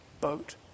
boat